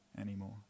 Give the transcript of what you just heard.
anymore